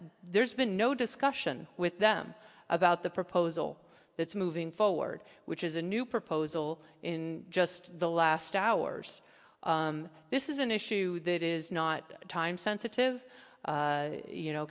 there's been no discussion with them about the proposal that's moving forward which is a new proposal in just the last hours this is an issue that is not time sensitive you know